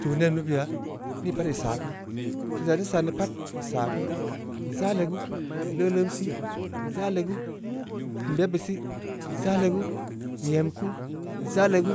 Tuu nen beu beya, nii pat ii saa kunu, tuusaah ii teu san deu pat, ii saa kunu, ii zaa legu, ii leuleum sih, ii zaa legu, ii kum yebbeu sih, ii zaa legu, ii em kuu, ii zaa legu,